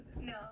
No